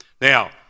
Now